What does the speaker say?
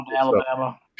Alabama